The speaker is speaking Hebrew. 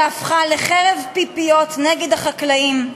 שהפכה לחרב פיפיות נגד החקלאים.